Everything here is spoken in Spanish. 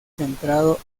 centrado